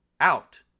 out